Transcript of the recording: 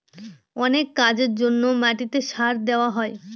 অনেক কাজের জন্য মাটিতে সার দেওয়া হয়